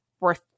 worth